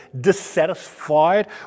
dissatisfied